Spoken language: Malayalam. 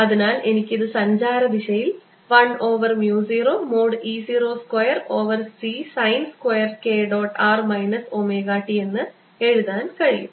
അതിനാൽ എനിക്ക് ഇത് സഞ്ചാരദിശയിൽ 1 over mu 0 mod E 0 square over c sine square k dot r minus omega t എന്ന് എഴുതാൻ കഴിയും